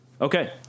Okay